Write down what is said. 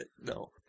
No